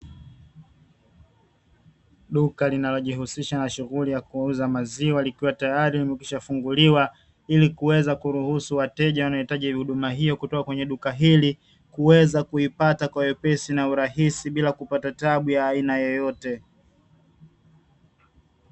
Duka linalojihusisha na shughuli ya kuuza maziwa, likiwa tayari limekwishafunguliwa ili kuweza kuruhusu wateja wanaohitaji huduma hiyo kutoka kwenye duka hili, kuweza kuipata kwa wepesi na urahisi bila kupata tabu ya aina yoyote.